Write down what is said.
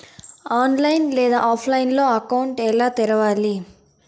online లేదా ఆఫ్లైన్లో account ఎలా తెరవాలి